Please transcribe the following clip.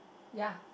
ya